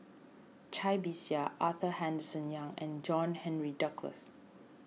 Cai Bixia Arthur Henderson Young and John Henry Duclos